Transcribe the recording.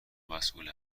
مسئول